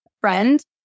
friend